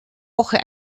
woche